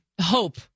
hope